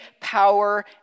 power